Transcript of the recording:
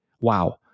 Wow